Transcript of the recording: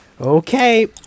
Okay